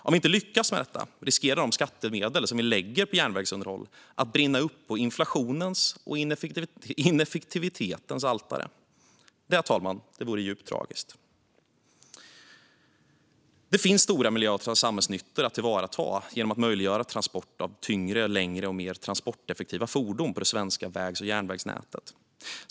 Om vi inte lyckas med detta riskerar de skattemedel vi lägger på järnvägsunderhåll att brinna upp på inflationens och ineffektivitetens altare. Det, herr talman, vore djupt tragiskt. Det finns stora miljö och samhällsnyttor att tillvarata genom att möjliggöra transport med tyngre, längre och mer transporteffektiva fordon på det svenska väg och järnvägsnätet.